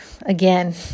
again